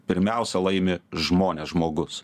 pirmiausia laimi žmonės žmogus